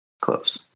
Close